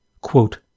Quote